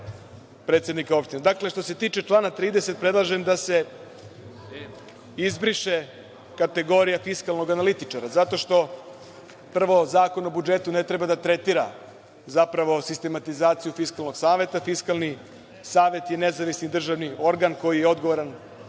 predsednika opština. Dakle, što se tiče člana 30, predlažem da se izbriše kategorija fiskalnog analitičara, zato što prvo Zakon o budžetu ne treba da tretira zapravo sistematizaciju Fiskalnog saveta. Fiskalni savet je nezavisni državni organ koji je odgovoran